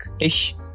ish